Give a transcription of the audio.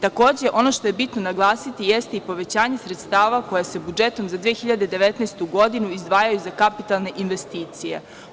Takođe, ono što je bitno naglasiti jeste i povećanje sredstava koje se budžetom za 2019. godinu izdvajaju za kapitalne investicije.